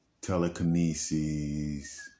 telekinesis